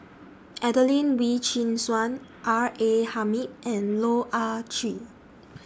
Adelene Wee Chin Suan R A Hamid and Loh Ah Chee